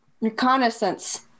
reconnaissance